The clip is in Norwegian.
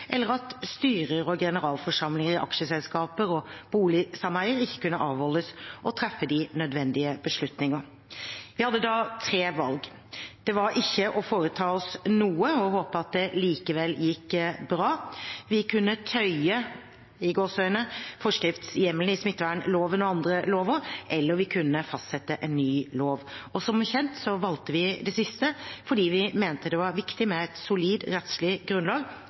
eller at styrer og generalforsamlinger i aksjeselskaper og boligsameier ikke kunne avholdes og treffe de nødvendige beslutningene. Vi hadde da tre valg: Det var ikke å foreta oss noe og håpe at det likevel gikk bra, vi kunne «tøye» forskriftshjemlene i smittevernloven og andre lover, eller vi kunne fastsette en ny lov. Som kjent valgte vi det siste fordi vi mente det var viktig med et solid rettslig grunnlag